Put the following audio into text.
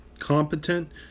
competent